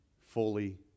fully